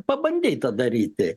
pabandyta daryti